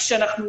כרגע,